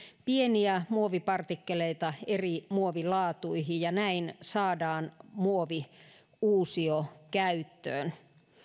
pieniä muovipartikkeleita eri muovilaatuihin ja näin saadaan muovi uusiokäyttöön